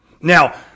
Now